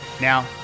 Now